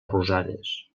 rosades